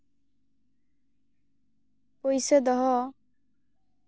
ᱯᱩᱭᱥᱟᱹ ᱫᱚᱦᱚ